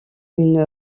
une